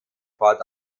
fort